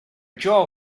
jaw